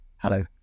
Hello